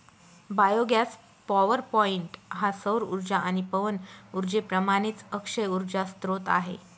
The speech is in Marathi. बायोगॅस पॉवरपॉईंट हा सौर उर्जा आणि पवन उर्जेप्रमाणेच अक्षय उर्जा स्त्रोत आहे